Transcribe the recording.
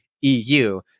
EU